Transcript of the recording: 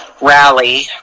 rally